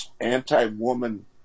anti-woman